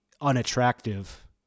unattractive